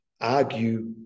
argue